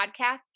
podcast